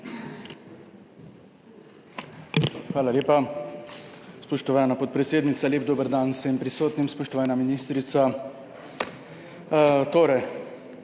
Hvala lepa, spoštovana podpredsednica. Lep dober dan vsem prisotnim! Spoštovana ministrica! Pred